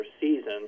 season